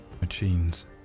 machines